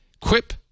Quip